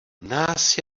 nás